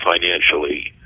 financially